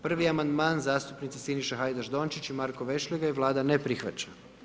Prvi amandman zastupnici Siniša Hajdaš Dončić i Marko Vešligaj, Vlada ne prihvaća.